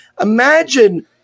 imagine